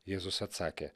jėzus atsakė